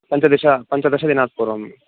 पञ्चदश पञ्चदशदिनात् पूर्वं